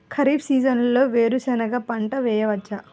ఖరీఫ్ సీజన్లో వేరు శెనగ పంట వేయచ్చా?